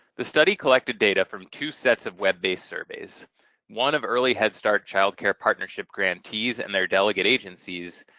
the study collected data from two sets of web-based surveys one of early head start-child care partnership grantees and their delegate agencies,